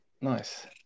Nice